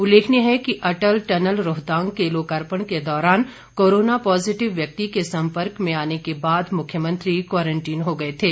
उल्लेखनीय है कि अटल टनल रोहतांग के लोकार्पण के दौरान कोरोना पॉजिटिव व्यक्ति के संपर्क में आने के बाद मुख्यमंत्री क्वारंटीन हो गए थे